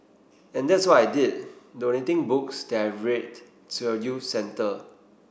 and that's what I did donating books that I've read to a youth centre